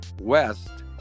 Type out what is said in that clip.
west